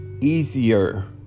easier